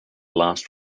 last